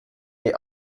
est